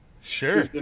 Sure